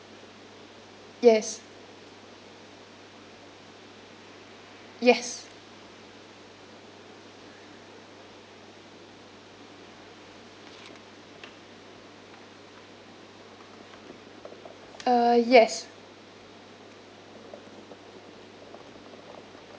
yes yes uh yes